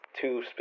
two